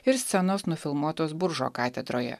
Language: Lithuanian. ir scenos nufilmuotos buržo katedroje